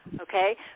Okay